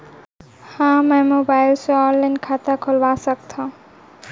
का मैं मोबाइल से खाता खोलवा सकथव?